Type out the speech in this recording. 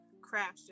crashed